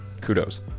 kudos